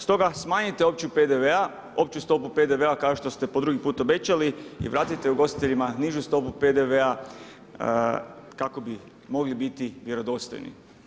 Stoga smanjite opću stopu PDV-a kao što ste po drugi put obećali i vratite ugostiteljima nižu stopu PDV-a kako bi mogli biti vjerodostojni.